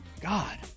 God